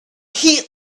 heat